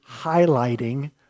highlighting